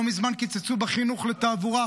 לא מזמן קיצצו בחינוך לתעבורה,